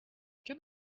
can